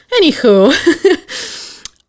anywho